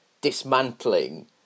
dismantling